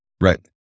Right